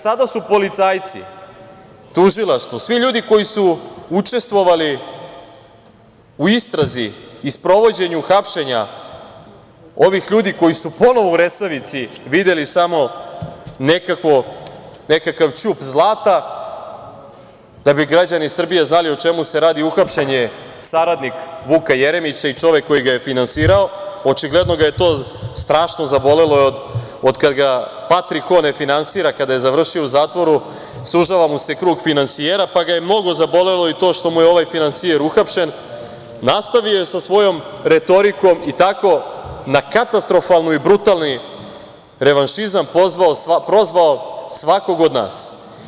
Sada su policajci, tužilaštvo, svi ljudi koji su učestvovali u istrazi i sprovođenju hapšenja ovih ljudi koji su ponovo u Resavici videli samo nekakav ćup zlata, da bi građani Srbije znali o čemu se radi, uhapšen je saradnik Vuka Jeremića i čovek koji ga je finansirao, očigledno ga je to strašno zabolelo jer od kad ga Patrik Ho ne finansira, kada je završio u zatvoru, sužava mu se krug finansijera, pa ga je mnogo zabolelo to što mu je ovaj finansijer uhapšen, nastavio je sa svojom retorikom i tako na katastrofalan i brutalni revanšizam prozvao svakog od nas.